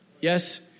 Yes